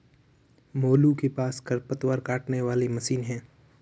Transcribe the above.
मोलू के पास खरपतवार काटने वाली मशीन है